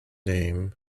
name